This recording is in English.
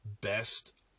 best